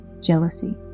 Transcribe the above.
Jealousy